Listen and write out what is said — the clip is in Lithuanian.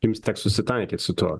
jums teks susitaikyt su tuo